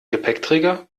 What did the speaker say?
gepäckträger